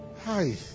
Hi